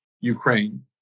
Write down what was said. Ukraine